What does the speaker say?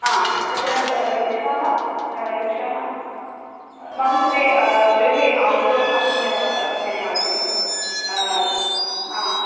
हा तत्र वृक्षाः वृक्षाणां मम कृते गृहे औट्डोर् कर्तुमेव सस्यानि आवश्यकं आ